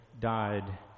died